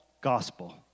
gospel